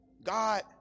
God